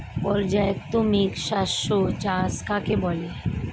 পর্যায়ক্রমিক শস্য চাষ কাকে বলে?